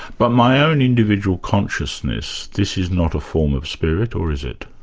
but my own individual consciousness, this is not a form of spirit, or is it?